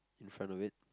in front of it